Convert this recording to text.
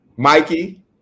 Mikey